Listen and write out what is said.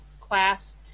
class